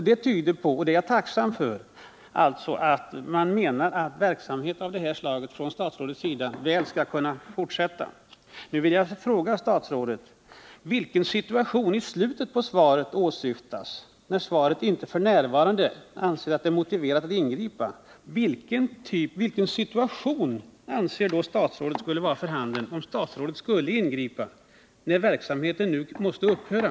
Det tyder på — och det är jag tacksam för — att han menar att verksamhet av detta slag skall kunna fortsätta. Jag vill fråga statsrådet: Vilken situation åsyftas i slutet av svaret, när statsrådet anser det f. n. inte motiverat att ingripa? I det aktuella fallet måste ju verksamheten upphöra. Vilken situation skall då vara för handen för att statsrådet skall ingripa?